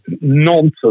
nonsense